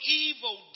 evil